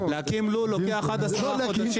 להקים לול לוקח עד עשרה חודשים.